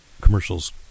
commercials